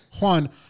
Juan